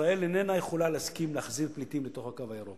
ישראל איננה יכולה להסכים להחזיר פליטים לתוך "הקו הירוק",